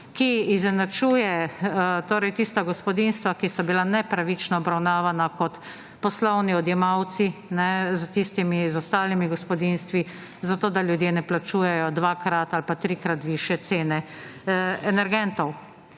ki izenačuje torej tista gospodinjstva, ki so bila nepravično obravnavana kot poslovni odjemalci s tistimi, z ostalimi gospodinjstvi zato, da ljudje ne plačujejo dvakrat ali pa trikrat višje cene energentov.